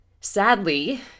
Sadly